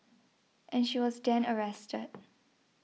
and she was then arrested